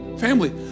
family